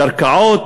קרקעות,